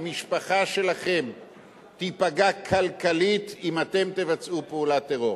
המשפחה שלכם תיפגע כלכלית אם אתם תבצעו פעולת טרור.